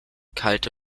kalte